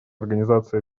организации